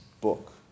book